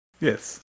Yes